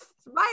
smile